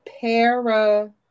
para